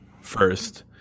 first